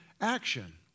action